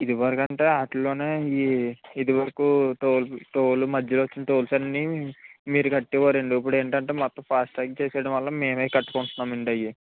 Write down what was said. ఇదివరకు అంటే వాటిల్లోనే ఈ ఇది వరకు టోల్ టోల్ మధ్యలో వచ్చిన టోల్స్ అన్ని మీరు కట్టేవారండి ఇప్పుడు ఏంటంటే అండి ఇప్పుడు అంతా ఫాస్టాగ్ చేసేయడం వల్ల మేమే కట్టుకుంటున్నామండి అయి